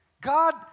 God